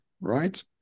right